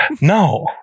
No